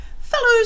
fellows